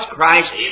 Christ